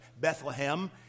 Bethlehem